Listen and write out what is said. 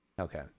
Okay